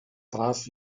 traf